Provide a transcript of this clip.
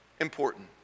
important